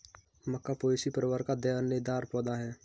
मक्का Poaceae परिवार का दानेदार पौधा है